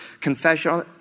confession